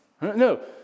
No